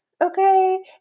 okay